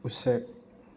ꯎꯆꯦꯛ